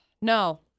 No